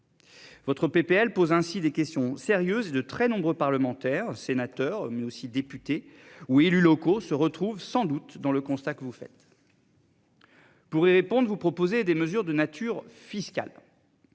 Votre PPL pose ainsi des questions sérieuses de très nombreux parlementaires sénateurs mais aussi députés ou élus locaux se retrouvent sans doute dans le constat que vous faites. Pour y répondre vous proposer des mesures de nature fiscale.